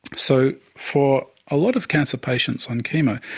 so for a lot of cancer patients on chemo,